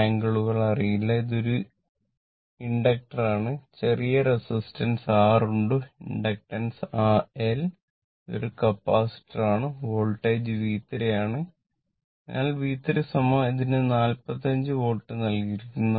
അതിനാൽ V3 ഇതിന് 45 volt നൽകിയിരിക്കുന്നു